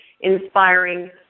inspiring